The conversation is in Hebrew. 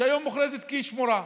שהיום מוכרזת כשמורה.